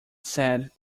said